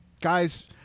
guys